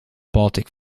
baltic